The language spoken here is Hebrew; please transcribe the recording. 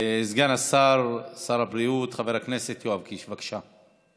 סגן שר הבריאות יואב קיש, בבקשה.